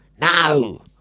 No